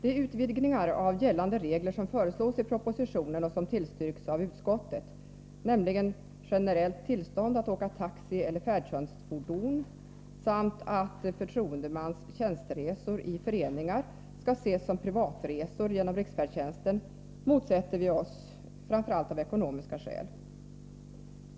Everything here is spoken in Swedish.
De utvidgningar av gällander regler som föreslås i propositionen och som tillstyrks av utskottet, nämligen generellt tillstånd att åka taxi eller färdtjänstfordon samt att förtroendemans tjänsteresor i föreningar skall ses som privatresor genom riksfärdtjänsten, motsätter vi oss av framför allt ekonomiska skäl.